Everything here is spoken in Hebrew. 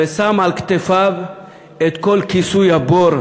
ושם על כתפיו את כל כיסוי הבור,